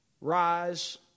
rise